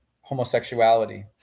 homosexuality